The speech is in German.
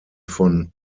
von